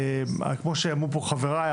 כמו שאמרו פה חבריי,